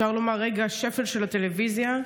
אפשר לומר רגע השפל של הטלוויזיה,